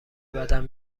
بدم